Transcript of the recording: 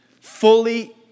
Fully